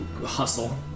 hustle